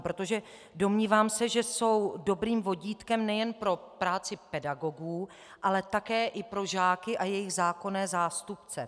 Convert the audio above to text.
Protože se domnívám, že jsou dobrým vodítkem nejen pro práci pedagogů, ale také pro žáky a jejich zákonné zástupce.